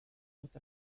with